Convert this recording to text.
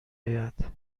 اید